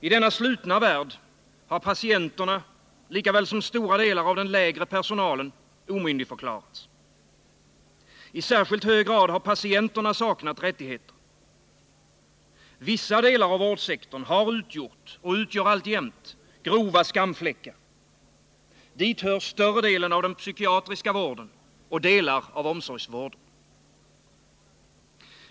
I denna slutna värld har patienterna lika väl som stora delar av den lägre personalen omyndigförklarats. I särskilt hög grad har patienterna saknat rättigheter. Vissa delar av vårdsektorn har utgjort och utgör alltjämt grova skamfläckar. Dit hör större delen av den psykiatriska vården och delar av omsorgsvården.